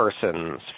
Persons